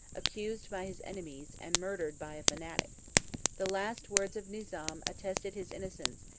accused by his enemies, and murdered by a fanatic the last words of nizam attested his innocence,